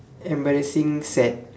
embarrassing fad